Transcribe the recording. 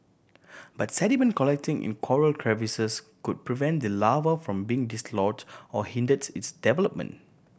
but sediment collecting in coral crevices could prevent the larva from being dislodged or hinders its development